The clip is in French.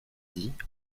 dit